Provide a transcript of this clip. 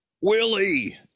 Willie